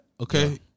Okay